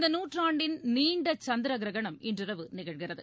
இந்தநாற்றாண்டின் நீண்டசந்திரகிரகணம் இன்றிரவு நிகழ்கிறது